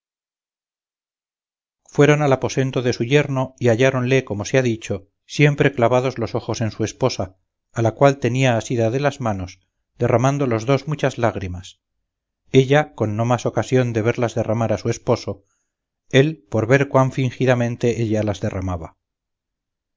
fueron al aposento de su yerno y halláronle como se ha dicho siempre clavados los ojos en su esposa a la cual tenía asida de las manos derramando los dos muchas lágrimas ella con no más ocasión de verlas derramar a su esposo él por ver cuán fingidamente ella las derramaba